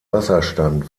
wasserstand